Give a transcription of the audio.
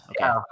Okay